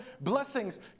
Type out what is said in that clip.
blessings